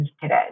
today